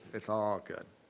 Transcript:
it's all good.